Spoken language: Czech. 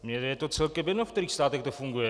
Mně je to celkem jedno, v kterých státech to funguje.